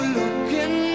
looking